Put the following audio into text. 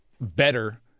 better